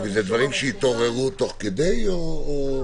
אלה דברים שהתעוררו תוך כדי או ---?